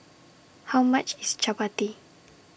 How much IS Chapati